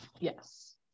Yes